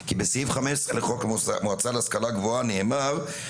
כי בסעיף 15 לחוק המועצה להשכלה גבוהה נאמר,